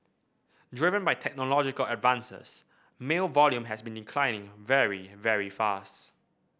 driven by technological advances mail volume has been declining very very fast